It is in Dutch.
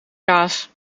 kaas